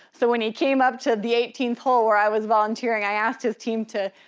so when he came up to the eighteenth hole where i was volunteering, i asked his team to